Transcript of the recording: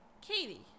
Katie